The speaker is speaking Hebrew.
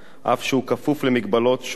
אך הוא כפוף להגבלות שונות,